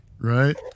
Right